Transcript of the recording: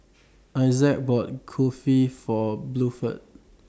Issac bought Kulfi For Bluford